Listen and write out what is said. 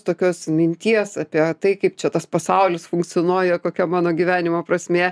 tokios minties apie tai kaip čia tas pasaulis funkcionuoja kokia mano gyvenimo prasmė